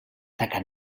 taca